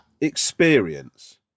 experience